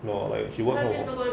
more like she work at home lor